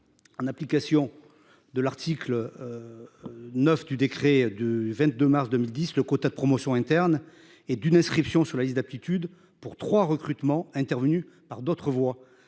En application de l'article. 9 du décret du 22 mars 2010 le quota de promotion interne et d'une inscription sur la liste d'aptitude pour trois recrutement intervenu par d'autres voies.